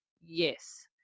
yes